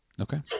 Okay